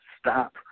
Stop